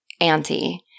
Auntie